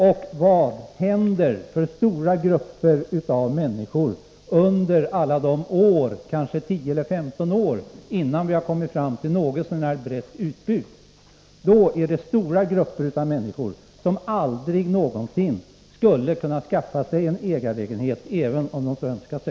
Och vad händer för stora grupper av människor under alla de år, kanske tio eller femton år, innan vi har kommit fram till ett något så när brett utbud? Det innebär att stora grupper av människor aldrig någonsin skulle kunna skaffa sig en ägarlägenhet även om de så önskade.